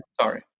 Sorry